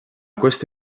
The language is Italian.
questo